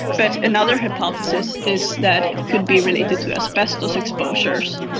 but another hypothesis is that it could be related to asbestos exposures.